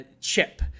chip